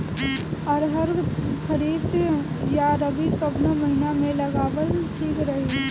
अरहर खरीफ या रबी कवने महीना में लगावल ठीक रही?